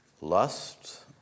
Lust